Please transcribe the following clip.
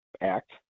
act